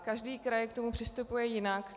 Každý kraj k tomu přistupuje jinak.